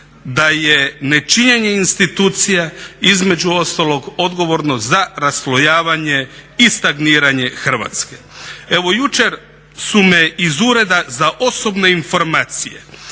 da je nečinjenje institucija između ostalog odgovorno za raslojavanje i stagniranje Hrvatske. Evo jučer su me iz Ureda za osobne informacije